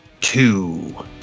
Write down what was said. Two